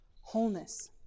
wholeness